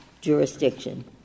jurisdiction